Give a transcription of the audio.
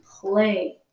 play